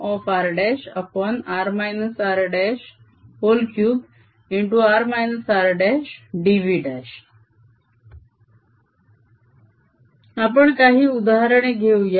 Mrr r3r rdV आपण काही उदाहरणे घेऊया